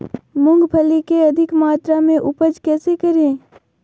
मूंगफली के अधिक मात्रा मे उपज कैसे करें?